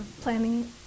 planning